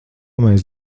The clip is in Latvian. mēs